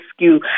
rescue